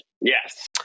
Yes